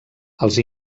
els